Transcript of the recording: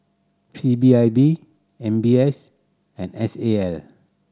P B I B M B S and S A L